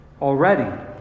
already